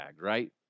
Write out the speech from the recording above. right